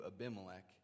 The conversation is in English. Abimelech